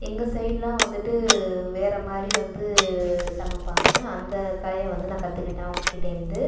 எங்க சைடெலாம் வந்துட்டு வேறு மாதிரி வந்து சமைப்பாங்க அந்த கலையை வந்து நான் கற்றுக்கிட்டேன் அவங்கள்கிட்டேருந்து